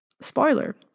Spoiler